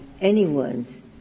anyone's